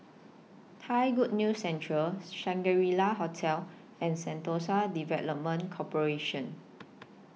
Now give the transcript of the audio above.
Thai Good News Centre Shangri La Hotel and Sentosa Development Corporation